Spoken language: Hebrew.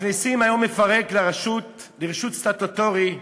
מכניסים היום מפרק לרשות, לרשות סטטוטורית,